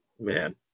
Man